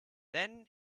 then